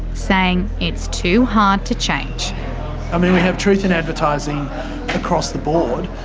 saying it's too hard to change. i mean we have truth in advertising across the board.